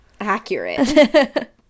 Accurate